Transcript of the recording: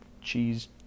cheese